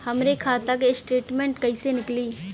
हमरे खाता के स्टेटमेंट कइसे निकली?